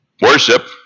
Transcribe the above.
Worship